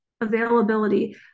availability